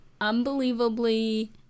unbelievably